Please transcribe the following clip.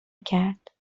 کرد